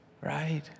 right